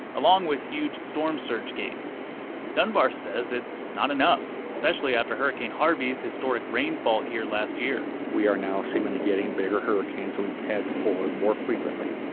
along with huge storm surge gates dunbar said it's not enough, especially after hurricane harvey's historic rainfall here last year we are now seemingly getting bigger hurricanes than we've had before, more frequently,